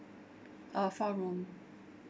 uh four room